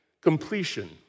completion